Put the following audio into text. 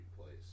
place